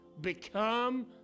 become